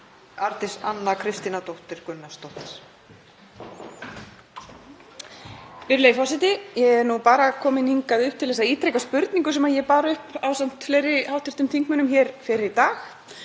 Arndís Anna Kristínardóttir Gunnarsdóttir